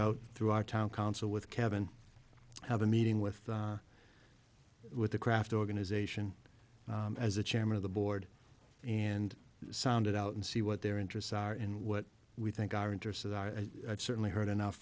out through our town council with kevin how the meeting with the with the craft organization as the chairman of the board and sounded out and see what their interests are and what we think our interest is i certainly heard enough